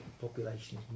population